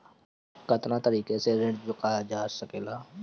कातना तरीके से ऋण चुका जा सेकला?